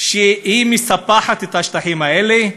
שהיא מספחת את השטחים האלה,